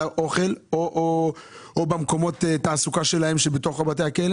האוכל או במקומות התעסוקה של האסירים בתוך בתי הכלא